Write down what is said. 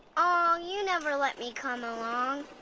ah aw, you never let me come along.